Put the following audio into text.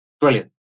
brilliant